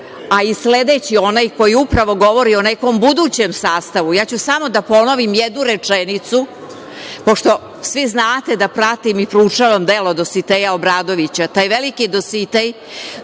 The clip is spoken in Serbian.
a i sledeći onaj koji upravo govori o nekom budućem sastavu, ja ću samo da ponovim jednu rečenicu, pošto svi znate da pratim i proučavam delo Dositeja Obradovića. Taj veliki Dositej